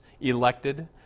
elected